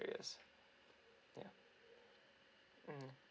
yes yeah mm